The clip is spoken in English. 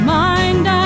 mind